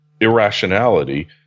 irrationality